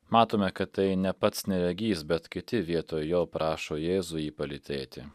matome kad tai ne pats neregys bet kiti vietoj jo prašo jėzų jį palytėti